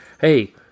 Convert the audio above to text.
hey